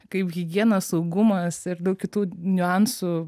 kaip higiena saugumas ir daug kitų niuansų